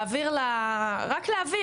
רק להעביר,